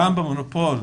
גם במונופול